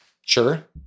sure